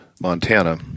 Montana